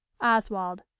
Oswald